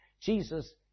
Jesus